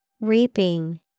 Reaping